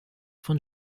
von